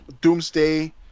Doomsday